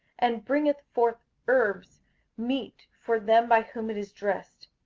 and bringeth forth herbs meet for them by whom it is dressed,